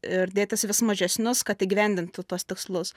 ir dėtis vis mažesnius kad įgyvendintų tuos tikslus